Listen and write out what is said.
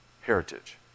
heritage